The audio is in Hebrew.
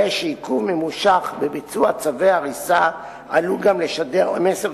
הרי שעיכוב ממושך של ביצוע צווי הריסה עלול גם לשדר מסר